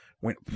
went